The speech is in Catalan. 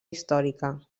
històrica